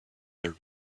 their